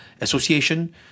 association